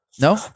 No